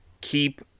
keep